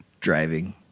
Driving